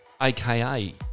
AKA